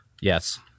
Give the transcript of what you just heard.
Yes